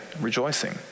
rejoicing